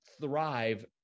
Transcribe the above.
thrive